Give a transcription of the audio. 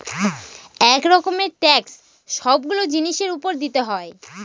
এক রকমের ট্যাক্স সবগুলো জিনিসের উপর দিতে হয়